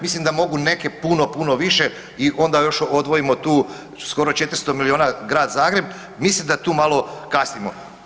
Mislim da mogu neke puno, puno više i onda još odvojimo tu skoro 400 milijuna Grad Zagreb, mislim da tu malo kasnimo.